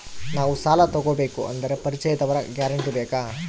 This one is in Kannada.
ನಾವು ಸಾಲ ತೋಗಬೇಕು ಅಂದರೆ ಪರಿಚಯದವರ ಗ್ಯಾರಂಟಿ ಬೇಕಾ?